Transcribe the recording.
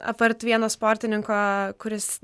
apart vieno sportininko kuris